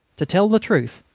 to tell the truth,